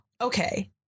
okay